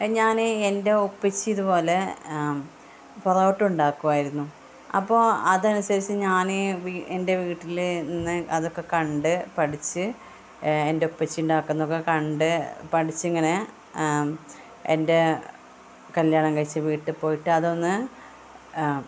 ഞാൻ എൻ്റെ ഉപ്പച്ചി ഇതുപോലെ പൊറോട്ട ഉണ്ടാക്കുമായിരുന്നു അപ്പോൾ അതനുസരിച്ച് ഞാൻ എൻ്റെ വീട്ടിൽനിന്ന് അതൊക്കെ കണ്ട് പഠിച്ച് എൻ്റെ ഉപ്പച്ചി ഉണ്ടാക്കുന്നതൊക്കെ കണ്ട് പഠിച്ച് ഇങ്ങനെ എൻ്റെ കല്യാണം കഴിച്ച വീട്ടിൽ പോയിട്ട് അതൊന്ന്